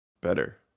better